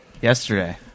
Yesterday